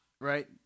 right